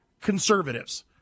conservatives